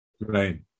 right